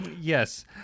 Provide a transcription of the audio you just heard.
Yes